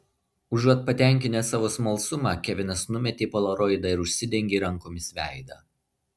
užuot patenkinęs savo smalsumą kevinas numetė polaroidą ir užsidengė rankomis veidą